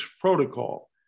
protocol